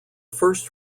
first